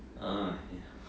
uh